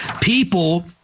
People